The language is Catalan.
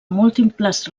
múltiples